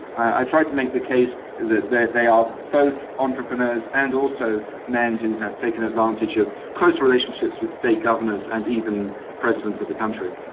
i tried to make the case that that they are both entrepreneurs and also men who have taken advantage of close relationships with state governors and even presidents of the country.